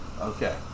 Okay